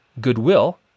goodwill